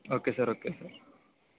okay sir okay sir